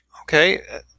Okay